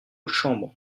chambre